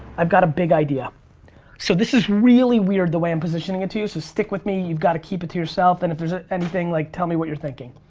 got a big idea so this is really weird the way i'm positioning it to you so stick with me, you've gotta keep it to yourself and if there's ah anything like tell me what you're thinking.